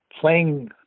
playing